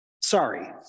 sorry